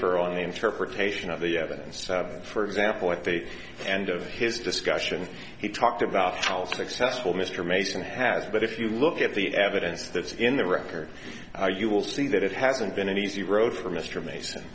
differ on the interpretation of the evidence for example at the end of his discussions he talked about how successful mr mason has but if you look at the evidence that's in the record you will see that it hasn't been an easy road for mr mason